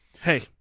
Hey